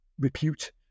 repute